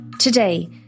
Today